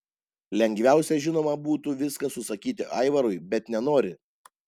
lengviausia žinoma būtų viską susakyti aivarui bet nenori